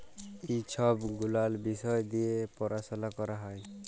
ই ছব গুলাল বিষয় দিঁয়ে পরাশলা ক্যরা হ্যয়